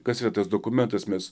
kas yra tas dokumentus mes